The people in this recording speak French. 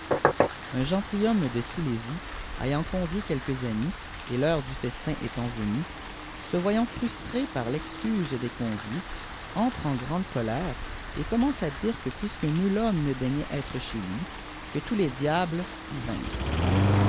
un gentilhonime de silésie ayant convié quelques amis et l'heure du festin étant venu se voyant frustré par l'excuse des conviés entre en grande colère et commence à dirç que puiscue mil homme ne daignait être chez lui que tous les diables y